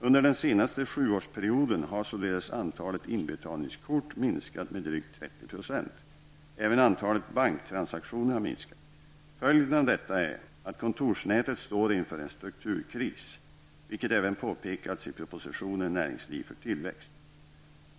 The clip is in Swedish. Under den senaste sjuårsperioden har således antalet inbetalningskort minskat med drygt 30 %. Även antalet banktransaktioner har minskat. Följden av detta är att kontorsnätet står inför en strukturkris, vilket även påpekats i propositionen Näringsliv för tillväxt .